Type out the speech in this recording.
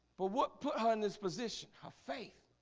but what put her in this position her faith